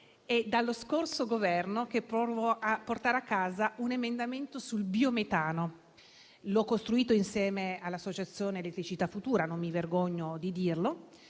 È dallo scorso Governo che provo a portare a casa un emendamento sul biometano. L'ho redatto insieme all'associazione Elettricità Futura, non mi vergogno di dirlo,